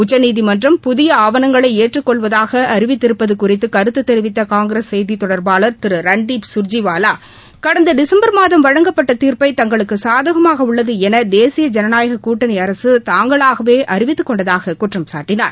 உச்சநீதிமன்றம் புதிய ஆவணங்களை ஏற்றுக்கொள்வதாக அறிவித்திருப்பது குறித்து கருத்து தெரிவித்த காங்கிரஸ் செய்தி தொடர்பாளர் திரு ரன்தீப் சுர்ஜிவாலா கடந்த டிசும்பர்மாதம் வழங்கப்பட்ட தீர்ப்பை தங்களுக்கு சாதகமாக உள்ளது என தேசிய ஜனநாயகக் கூட்டணி அரசு தாங்களாகவே அறிவித்துக்கொண்டதாக குற்றம் சாட்டினார்